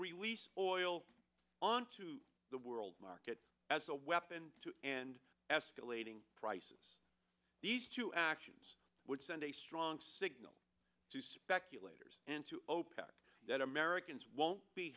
release oil onto the world market as a weapon and escalating prices these two actions would send a strong signal to speculators and to opec that americans won't be